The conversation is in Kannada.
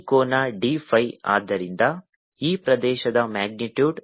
ಈ ಕೋನ d phi ಆದ್ದರಿಂದ ಈ ಪ್ರದೇಶದ ಮ್ಯಾಗ್ನಿಟ್ಯೂಡ್